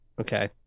Okay